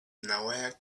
nowhere